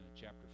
chapter